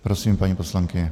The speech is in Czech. Prosím, paní poslankyně.